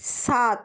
সাত